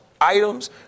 items